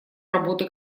работы